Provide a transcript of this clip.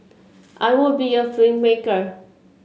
I would be a filmmaker